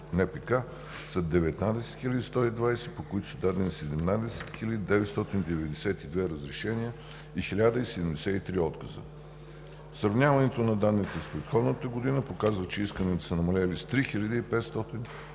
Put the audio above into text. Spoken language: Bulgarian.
са 19 120, по които са дадени 17 992 разрешения и 1073 отказа. Сравняването на данните с предходната година показва, че исканията са намалели с 3500,